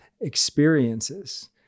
experiences